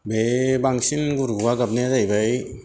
बे बांसिन गुरगुवा गाबनाया जाहैबाय